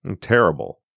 Terrible